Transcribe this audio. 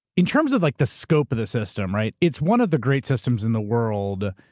in terms of like the scope of the system, right, it's one of the great systems in the world,